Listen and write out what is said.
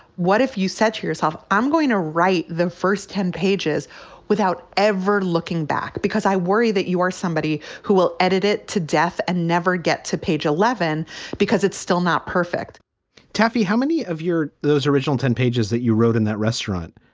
what if you said yourself, i'm going to write the first ten pages without ever looking back? because i worry that you are somebody who will edit it to death and never get to page eleven because it's still not perfect taffy, how many of your those original ten pages that you wrote in that restaurant?